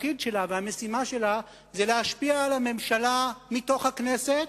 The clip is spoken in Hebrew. התפקיד שלה והמשימה שלה זה להשפיע על הממשלה מתוך הכנסת,